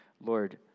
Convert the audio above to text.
Lord